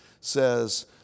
says